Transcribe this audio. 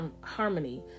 harmony